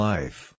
Life